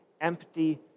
empty